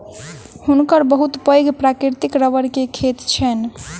हुनकर बहुत पैघ प्राकृतिक रबड़ के खेत छैन